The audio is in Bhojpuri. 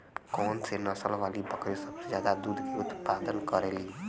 कौन से नसल वाली बकरी सबसे ज्यादा दूध क उतपादन करेली?